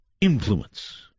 influence